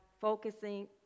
focusing